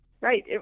Right